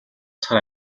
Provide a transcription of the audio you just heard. сар